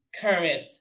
current